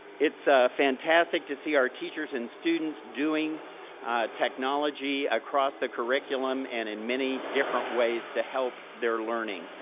it's fantastic to see our teachers and students doing technology across the curriculum and in many different ways to help their learning.